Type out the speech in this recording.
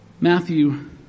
Matthew